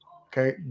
Okay